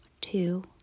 two